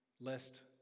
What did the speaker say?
lest